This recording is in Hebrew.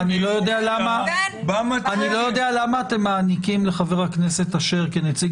אני לא יודע למה אתם נותנים לחבר הכנסת כנציג